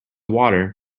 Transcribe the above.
water